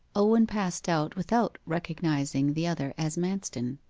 owen passed out without recognizing the other as manston.